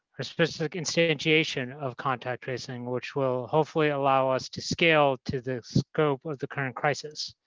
a specific instantiation, of contact tracing, which will hopefully allow us to scale to the scope of the current crisis.